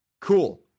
cool